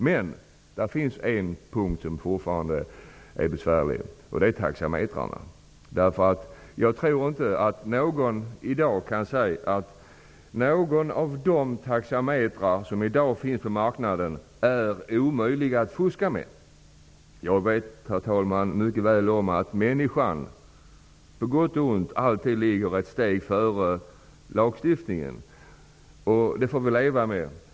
Men det finns en punkt som fortfarande är besvärlig, och det är taxametrarna. Jag tror inte att någon kan säga att någon av de taxametrar som i dag finns på marknaden är omöjlig att fuska med. Jag vet mycket väl, herr talman, att människorna -- på gott och ont -- alltid ligger ett steg före lagstiftningen. Det är något som vi får leva med.